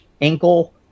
ankle